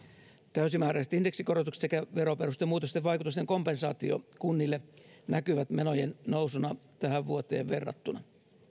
täysimääräiset indeksikorotukset sekä veroperustemuutosten vaikutuksen kompensaatio kunnille näkyvät menojen nousuna tähän vuoteen verrattuna